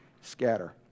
scatter